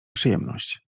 przyjemność